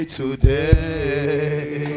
today